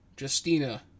Justina